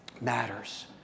matters